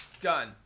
Done